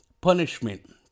punishment